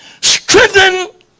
strengthen